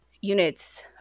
units